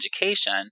education